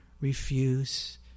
refuse